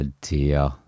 dear